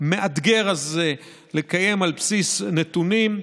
המאתגר הזה, על בסיס נתונים,